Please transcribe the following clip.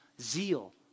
Zeal